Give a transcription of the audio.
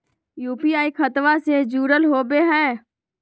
UPI खतबा से जुरल होवे हय?